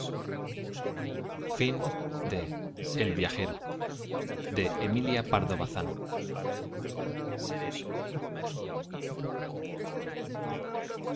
por emilia pardo